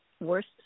worst